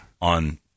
on